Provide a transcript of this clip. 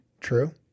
True